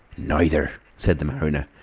neither, said the mariner.